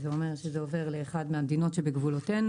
זה אומר שזה עובר לאחת מהמדינות שבגבולותינו.